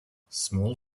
small